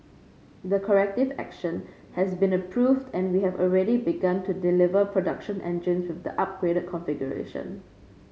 the corrective action has been approved and we have already begun to deliver production engines with the upgraded configuration